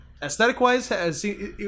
Aesthetic-wise